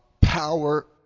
power